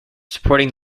supporting